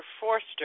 Forster